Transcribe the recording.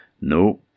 No